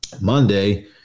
Monday